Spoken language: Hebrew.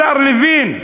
השר לוין,